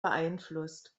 beeinflusst